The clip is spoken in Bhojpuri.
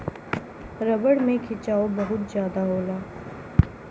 रबर में खिंचाव बहुत जादा होला